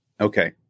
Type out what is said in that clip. Okay